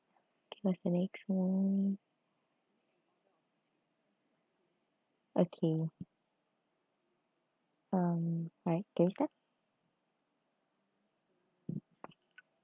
okay where's the next one okay um alright can we start